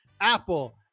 Apple